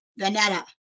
Vanetta